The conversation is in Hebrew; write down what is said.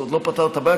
זה עוד לא פתר את הבעיה,